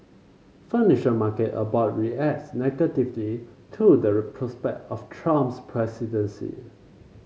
financial market abroad reacts negativity to the prospect of Trump's presidency